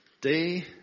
Day